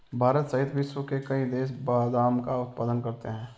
भारत सहित विश्व के कई देश बादाम का उत्पादन करते हैं